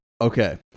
Okay